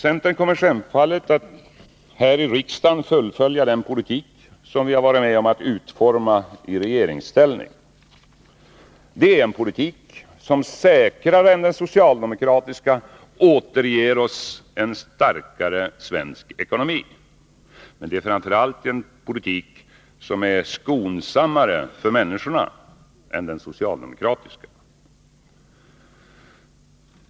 Centern kommer självfallet att här i riksdagen fullfölja den politik som vi i regeringsställning har varit med om att utforma. Det är en politik som säkrare än den socialdemokratiska återger oss en starkare svensk ekonomi. Men det är framför allt en politik som är skonsammare för människorna än den socialdemokratiska.